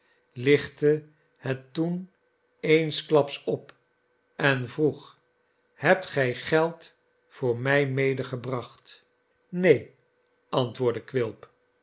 lichtte het toen eensklaps op en vroeg hebt gij geld voor mij medegebracht neen antwoordde quilp